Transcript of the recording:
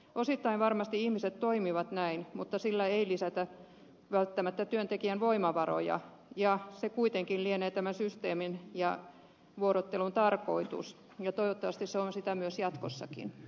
osittain varmasti ihmiset toimivat näin mutta sillä ei lisätä välttämättä työntekijän voimavaroja ja se kuitenkin lienee tämä systeemin ja vuorottelun tarkoitus ja toivottavasti se on sitä myös jatkossakin